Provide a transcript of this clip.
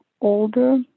older